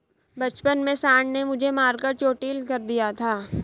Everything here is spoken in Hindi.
बचपन में सांड ने मुझे मारकर चोटील कर दिया था